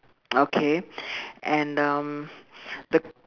okay and um the